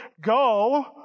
go